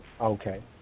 Okay